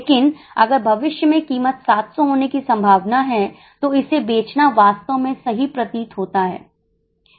लेकिन अगर भविष्य में कीमत 700 होने की संभावना है तो इसे बेचना वास्तव में सही प्रतीत होता है